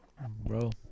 Bro